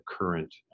current